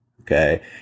okay